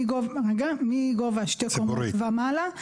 מגובה שתי קומות ומעלה,